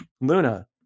Luna